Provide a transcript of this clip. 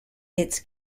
its